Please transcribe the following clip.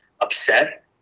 upset